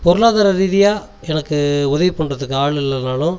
பொருளாதார ரீதியாக எனக்கு உதவி பண்ணுறதுக்கு ஆளு இல்லைனாலும்